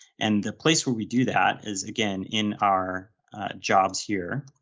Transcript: and the place where we do that is again, in our jobs here.